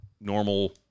normal